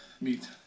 meet